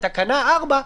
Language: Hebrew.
על תקנה 4,